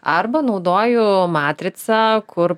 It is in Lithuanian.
arba naudoju matricą kur